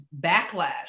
backlash